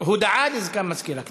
הודעה לסגן מזכירת הכנסת.